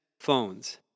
phones